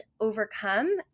overcome